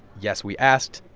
yes, we asked.